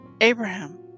Abraham